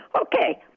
okay